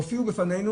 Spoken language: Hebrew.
הופיעו בפנינו